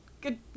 Good